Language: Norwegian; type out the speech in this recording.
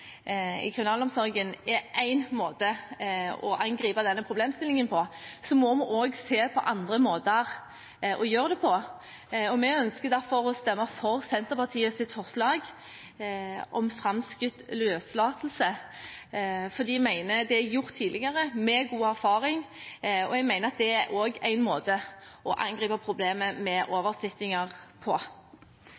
i kriminalomsorgen er én måte å angripe denne problemstillingen på, må vi også se på andre måter å gjøre det på. Vi ønsker derfor å stemme for Senterpartiets forslag om framskutt løslatelse, for de mener det er gjort tidligere, med god erfaring, og jeg mener at det også er en måte å angripe problemet med oversittinger på.